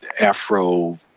afro